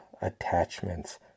attachments